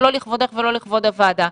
זה לא לכבודך ולא לכבוד הוועדה.